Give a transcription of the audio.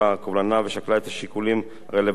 ושקלה את השיקולים הרלוונטיים לעניין זה.